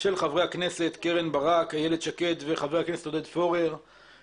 של חברי הכנסת אילת שקד, עודד פורר וקרן ברק.